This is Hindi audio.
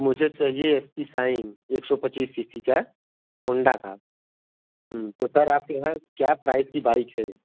मुझे चाहिए एस पी साइन एक सौ पच्चीस सी सी का होंडा का तो सर आपके पास क्या प्राइस की बाइक है